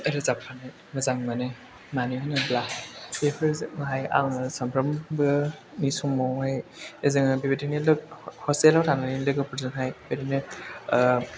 रोजाबफानो मोजां मोनो मानो होनोब्ला बेफोरजों बेवहाय आङो सानफ्रोमबोनि समावहाय जोङो बेबायदिनो हस्टेलाव थानानै लोगोफोरजोंहाय बेफोरबायदिनो